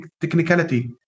technicality